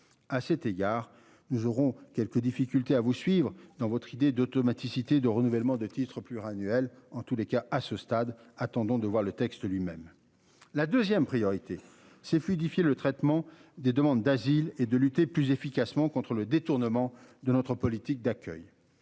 à cet égard, nous aurons quelques difficultés à vous suivre dans votre idée d'automaticité de renouvellement de titres plus annuel en tous les cas à ce stade. Attendons de voir le texte lui-même la 2ème priorité c'est fluidifier le traitement des demandes d'asile et de lutter plus efficacement contre le détournement de notre politique d'accueil.